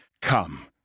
Come